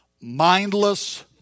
mindless